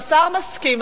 השר מסכים,